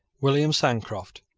william sancroft,